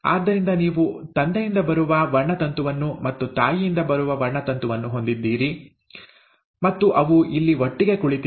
ಆದ್ದರಿಂದ ನೀವು ತಂದೆಯಿಂದ ಬರುವ ವರ್ಣತಂತುವನ್ನು ಮತ್ತು ತಾಯಿಯಿಂದ ಬರುವ ವರ್ಣತಂತುವನ್ನು ಹೊಂದಿದ್ದೀರಿ ಮತ್ತು ಅವು ಇಲ್ಲಿ ಒಟ್ಟಿಗೆ ಕುಳಿತಿವೆ